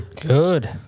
Good